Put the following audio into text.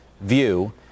view